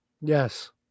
Yes